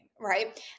right